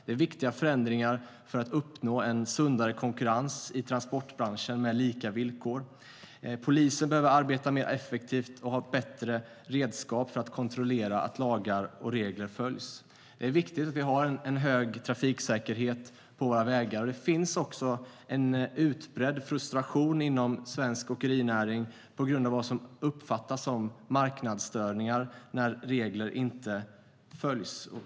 Det är viktiga förändringar för att uppnå en sundare konkurrens på lika villkor i transportbranschen. Polisen behöver arbeta mer effektivt och ha bättre redskap för att kontrollera att lagar och regler följs. Det är viktigt med en hög trafiksäkerhet på våra vägar. Det finns också en utbredd frustration inom svensk åkerinäring på grund av vad som uppfattas som marknadsstörningar när regler inte följs.